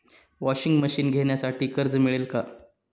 Washing machine घेण्यासाठी कर्ज मिळेल का?